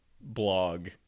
blog